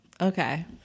okay